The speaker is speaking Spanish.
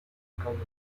calles